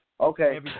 Okay